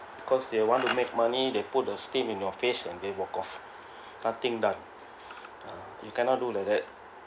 because they want to make money they put a steam in your face and work off nothing done uh you cannot do like that